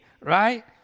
right